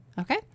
okay